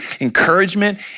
encouragement